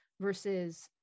versus